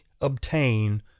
obtain